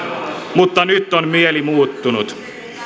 mutta nyt on mieli muuttunut